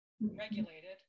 regulated